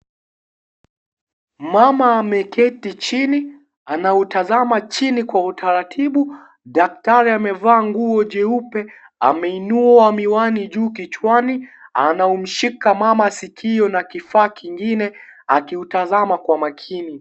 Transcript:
Mama ameketi chini. Anautuzama chini kwa utaratibu. Daktari amevaa nguo jeupe, ameinua miwani juu kichwani. Anamshika mama sikio na kifaa kingine, akiutazama kwa makini.